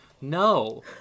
No